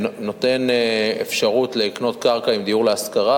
שנותן אפשרות לקנות קרקע וגם לבנות דיור להשכרה,